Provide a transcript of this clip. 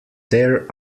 there